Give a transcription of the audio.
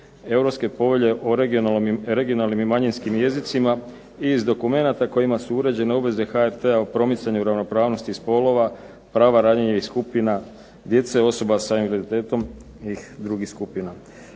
Europske povelje o regionalnim i manjinskim jezicima, i iz dokumenata kojima su uređene obveze HRT-a o promicanju ravnopravnosti spolova, prava …/Ne razumije se./… skupina, djece, osoba s invaliditetom i drugih skupina.